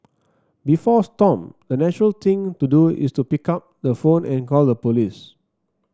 before Stomp the natural thing to do is to pick up the phone and call the police